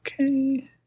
Okay